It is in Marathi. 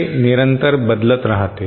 ते निरंतर बदलत राहते